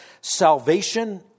salvation